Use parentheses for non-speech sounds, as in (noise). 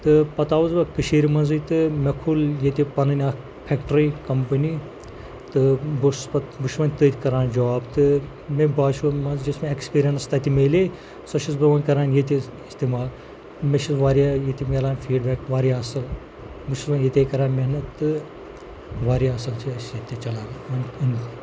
تہٕ پَتہٕ آوُس بہٕ کٔشیٖرِ منٛزٕے تہٕ مےٚ کھوٗل ییٚتہِ پَنٕنۍ اَکھ فیکٹِرٛی کَمپٔنی تہٕ بہٕ اوسُس پَتہٕ بہٕ چھُس وَنہِ تٔتھی کَران جاب تہٕ مےٚ باسیو مان ژٕ یُس مےٚ ایکٕسپیٖرَنٕس تَتہِ میلے سۄ چھُس بہٕ وۄنۍ کَران ییٚتہِ حظ استعمال مےٚ چھِ واریاہ ییٚتہِ ملان فیٖڈبیک واریاہ اَصٕل بہٕ چھُس وَنہِ ییٚتے کَران محنت تہٕ واریاہ اَصٕل چھِ اَسہِ ییٚتہِ چَلان (unintelligible)